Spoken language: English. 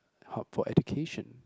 hub for education